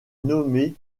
nommé